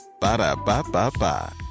Ba-da-ba-ba-ba